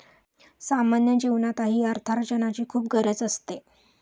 सामान्य जीवनातही अर्थार्जनाची खूप गरज असते